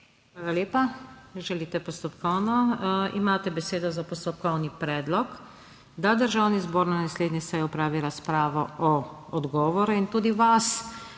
Hvala lepa. Želite postopkovno? Imate besedo za postopkovni predlog, da državni zbor na naslednji seji opravi razpravo o odgovoru. Tudi vas